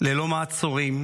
ללא מעצורים,